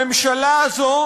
הממשלה הזו